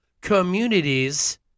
communities